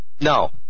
No